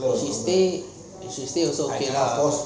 she stay she stay also